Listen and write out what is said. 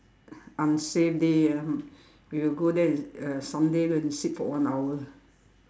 on same day ah we'll go there uh Sunday go and sit for one hour